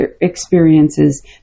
experiences